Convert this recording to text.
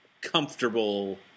comfortable